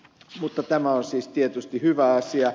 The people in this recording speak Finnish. mutta tämä on siis tietysti hyvä asia